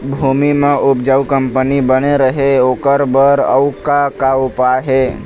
भूमि म उपजाऊ कंपनी बने रहे ओकर बर अउ का का उपाय हे?